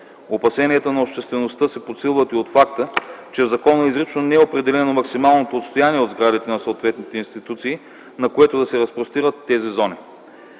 Опасенията на обществеността се подсилват и от факта, че в закона изрично не е определено максималното отстояние от сградите на съответните институции, на което да се разпростират тези зони.